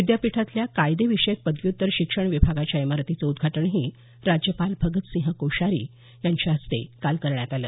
विद्यापीठातल्या कायदेविषयक पदव्युत्तर शिक्षण विभागाच्या इमारतीचं उद्घाटनही राज्यपाल भगत सिंह कोश्यारी यांच्या हस्ते काल करण्यात आलं